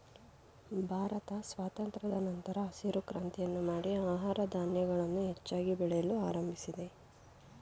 ಭಾರತ ಸ್ವಾತಂತ್ರದ ನಂತರ ಹಸಿರು ಕ್ರಾಂತಿಯನ್ನು ಮಾಡಿ ಆಹಾರ ಧಾನ್ಯಗಳನ್ನು ಹೆಚ್ಚಾಗಿ ಬೆಳೆಯಲು ಆರಂಭಿಸಿದೆ